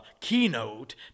keynote